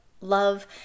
love